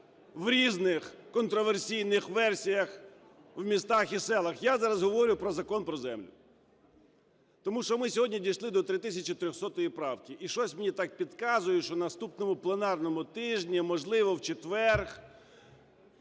в різних контраверсійних версіях в містах і селах. Я зараз говорю про Закон про землю. Тому що ми сьогодні дійшли до 3300 правки. І щось мені так підказує, що на наступному тижні, можливо, в четвер